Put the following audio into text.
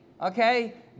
Okay